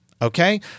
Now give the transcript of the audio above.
Okay